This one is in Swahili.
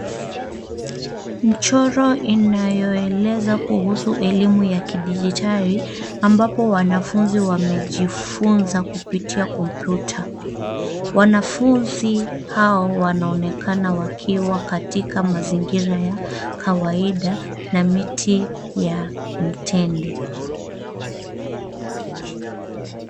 Michoro inayoeleza kuhusu elimu ya kidijitari, ambapo wanafunzi wamejifunza kupitia kompyuta. Wanafunzi hao wanaonekana wakiwa katika mazingira ya kawaida na miti ya mitende.